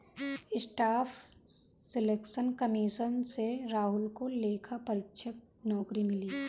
staff selection commission से राहुल को लेखा परीक्षक नौकरी मिली